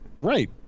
Right